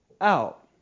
out